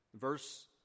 verse